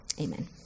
Amen